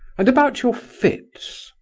and about your fits?